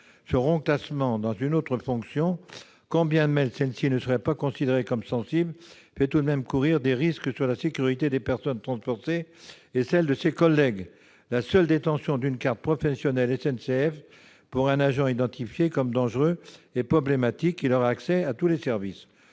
de celle-ci dans une autre fonction, quand bien même cette dernière ne serait pas considérée comme sensible, fait tout de même courir des risques pour la sécurité des personnes transportées et celle de ses collègues. La seule détention d'une carte professionnelle SNCF par un agent identifié comme dangereux est problématique, puisqu'il aura accès à tous les services.